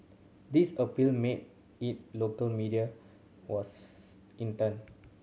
this appeal made it local media was in turn